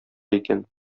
икән